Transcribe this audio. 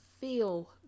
feel